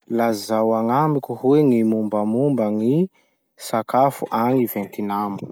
Lazao agnamiko hoe gny mombamomba gny sakafo agny Vietnam?